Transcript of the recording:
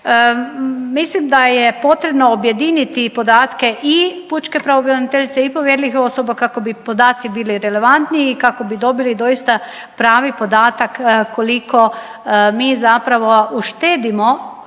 Mislim da je potrebno objediniti podatke i pučke pravobraniteljice i povjerljivih osoba kako bi podaci bili relevantniji i kako bi dobili doista pravi podatak koliko mi zapravo uštedimo